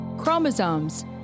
Chromosomes